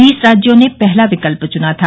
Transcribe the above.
बीस राज्यों ने पहला विकल्प चुना था